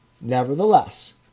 nevertheless